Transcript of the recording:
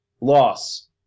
Loss